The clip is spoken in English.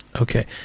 Okay